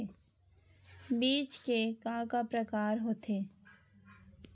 बीज के का का प्रकार होथे?